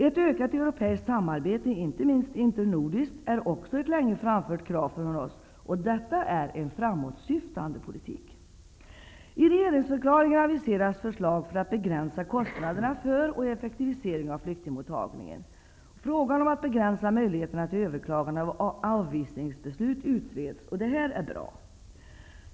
Ett ökat europeiskt samarbete -- inte minst internordiskt -- är också ett länge framfört krav från oss. Detta är en framåtsyftande politik. I regeringsförklaringen aviseras förslag för att begränsa kostnaderna för och effektivisering av flyktingmottagningen. Frågan om att begränsa möjligheterna till överklagande av avvisningsbeslut utreds, och det är bra.